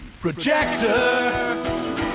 Projector